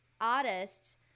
artists